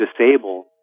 disable